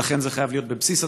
ולכן זה חייב להיות